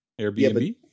Airbnb